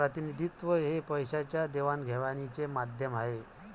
प्रतिनिधित्व हे पैशाच्या देवाणघेवाणीचे माध्यम आहे